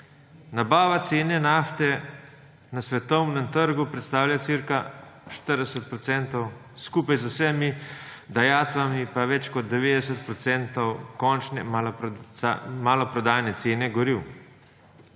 Nabava cene nafte na svetovnem trgu predstavlja okoli 40 %, skupaj z vsemi dajatvami pa več kot 90 % končne maloprodajne cene goriv.